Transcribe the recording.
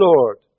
Lord